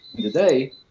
today